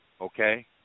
okay